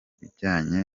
bijyanye